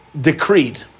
decreed